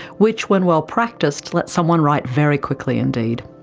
which, when well-practiced, let someone write very quickly indeed.